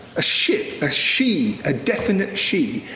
a ship, a she, a definite she.